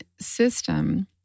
system